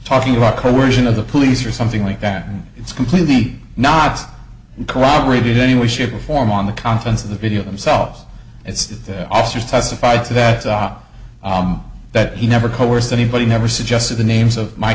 talking about coercion of the police or something like that and it's completely not corroborated in any way shape or form on the contents of the video themselves it's the officers testified to that stop that he never coerced anybody never suggested the names of my